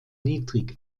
niedrig